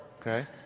Okay